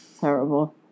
terrible